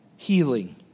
Healing